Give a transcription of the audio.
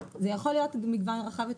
זה יכול להיות מגוון רחב יותר.